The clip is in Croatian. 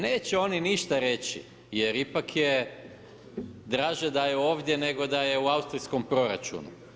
Neće oni ništa reći jer ipak je draže da je ovdje nego da je u austrijskom proračunu.